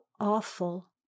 awful